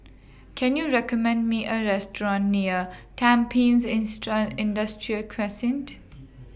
Can YOU recommend Me A Restaurant near Tampines instruct Industrial Crescent